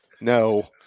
No